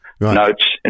notes